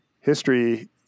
history